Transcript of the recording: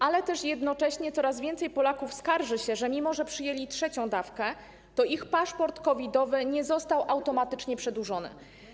Ale też jednocześnie coraz więcej Polaków skarży się, że mimo iż przyjęli trzecią dawkę, ważność ich paszportu covidowego nie została automatycznie przedłużona.